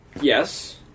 Yes